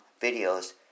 videos